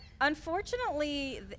Unfortunately